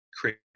create